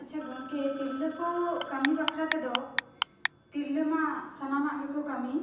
ᱟᱪᱪᱷᱟ ᱜᱚᱝᱠᱮ ᱛᱤᱨᱞᱟᱹ ᱠᱚ ᱠᱟᱹᱢᱤ ᱵᱟᱠᱷᱟᱨᱟ ᱛᱮᱫᱚ ᱛᱤᱨᱞᱟᱹ ᱢᱟ ᱥᱟᱱᱟᱢᱟᱜ ᱜᱮᱠᱚ ᱠᱟᱹᱢᱤ